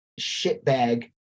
shitbag